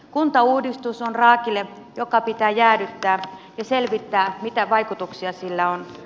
kuntauudistus on raakile joka pitää jäädyttää ja selvittää mitä vaikutuksia sillä on